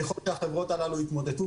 ככל שהחברות הללו יתמוטטו,